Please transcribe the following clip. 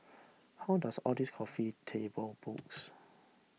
how does all these coffee table books